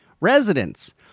residents